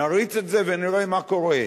נריץ את זה ונראה מה קורה.